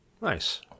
Nice